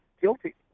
guilty